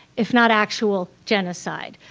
if not actual, genocide.